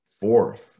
fourth